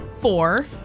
Four